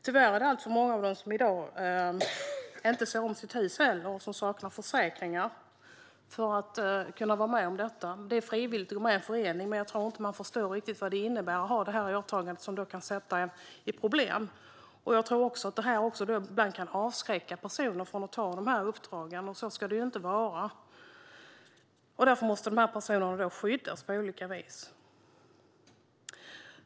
Tyvärr är det alltför många av dem som i dag inte ser om sitt hus och som saknar försäkringar för att kunna vara med om detta. Det är frivilligt att gå med i en förening, men jag tror inte att man förstår riktigt vad det innebär att ha detta åtagande, som kan försätta en i problem. Jag tror att detta ibland kan avskräcka personer från att ta dessa uppdrag, och så ska det inte vara. Därför måste dessa personer skyddas på olika vis.